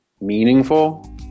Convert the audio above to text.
meaningful